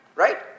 right